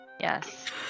Yes